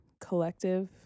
collective